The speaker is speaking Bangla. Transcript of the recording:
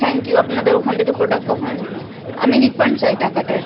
থ্যাঙ্ক ইউ আপনাদের ওখান থেকে প্রোডাক্ট কখনও নেব না আমি রিফান্ড চাই টাকাটা